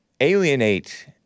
Alienate